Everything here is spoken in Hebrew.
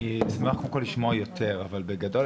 אני אשמח קודם כול לשמוע יותר אבל בגדול,